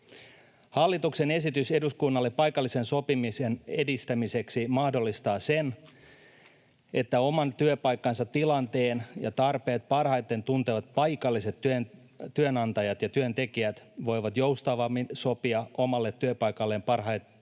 Hallituksen esitys eduskunnalle paikallisen sopimisen edistämiseksi mahdollistaa sen, että oman työpaikkansa tilanteen ja tarpeet parhaiten tuntevat paikalliset työnantajat ja työntekijät voivat joustavammin sopia omalle työpaikalleen parhaiten